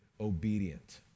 obedient